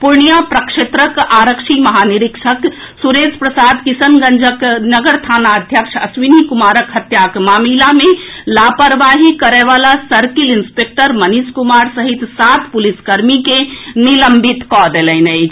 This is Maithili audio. पूर्णिया प्रक्षेत्रक आरंक्षी महानिरीक्षक सुरेश प्रसाद किशनगंजक नगर थाना अध्यक्ष अश्विनी कुमारक हत्याक मामिला मे लापरवाही करएवला सर्किल इंस्पेक्टर मनीश कुमार सहित सात पुलिसकर्मी केँ निलंबित कऽ देलनि अछि